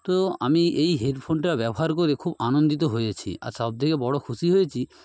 তো আমি এই হেডফোনটা ব্যবহার করে খুব আনন্দিত হয়েছি আর সবথেকে বড় খুশি হয়েছি